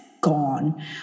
gone